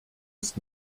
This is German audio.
ist